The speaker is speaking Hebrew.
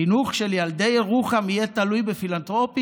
החינוך של ילדי ירוחם יהיה תלוי בפילנתרופים?